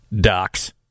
Docs